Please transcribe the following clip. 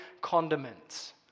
condiments